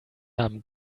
haben